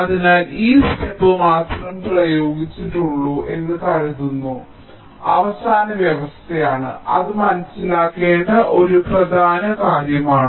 അതിനാൽ ഈ ഘട്ടം മാത്രമേ പ്രയോഗിച്ചിട്ടുള്ളൂ എന്ന് കരുതുന്ന അവസാന വ്യവസ്ഥയാണ് അത് മനസ്സിലാക്കേണ്ട ഒരു പ്രധാന കാര്യമാണ്